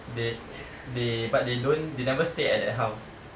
they they but they don't they never stay at that house